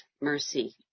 mercy